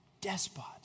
Despot